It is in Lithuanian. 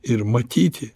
ir matyti